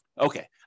Okay